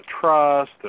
trust